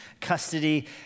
custody